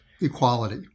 equality